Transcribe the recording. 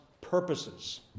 purposes